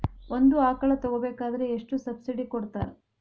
ಒಂದು ಆಕಳ ತಗೋಬೇಕಾದ್ರೆ ಎಷ್ಟು ಸಬ್ಸಿಡಿ ಕೊಡ್ತಾರ್?